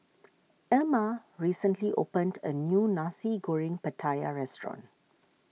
Erma recently opened a new Nasi Goreng Pattaya restaurant